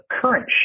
current